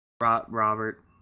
Robert